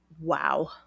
Wow